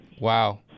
Wow